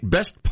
Best